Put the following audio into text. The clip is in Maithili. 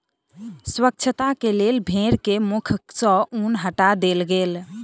स्वच्छता के लेल भेड़ के मुख सॅ ऊन हटा देल गेल